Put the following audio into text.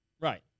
Right